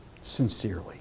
sincerely